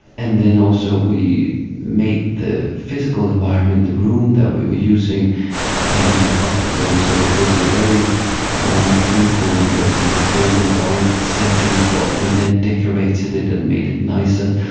and then also we made the physical environment, the room that we were using at hammersmith hammersmith hospital, so it was a very normal clinical, relatively cold and boring setting, but we then decorated it and made it nicer,